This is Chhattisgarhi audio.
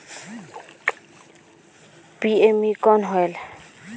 पी.एम.ई कौन होयल?